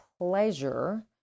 pleasure